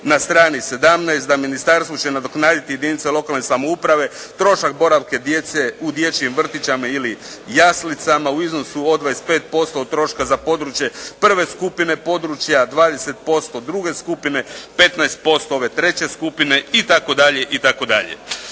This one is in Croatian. na strani 17. da ministarstvo će nadoknaditi i jedinice lokalne samouprave trošak boravka djece u dječjim vrtićima ili jaslicama u iznosu od 25% od troška za područje prve skupine područja, 20% druge skupine, 15% ove treće skupine itd.,